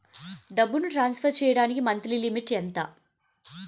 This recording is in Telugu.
డబ్బును ట్రాన్సఫర్ చేయడానికి మంత్లీ లిమిట్ ఎంత?